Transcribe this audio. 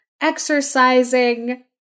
exercising